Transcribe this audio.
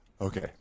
Okay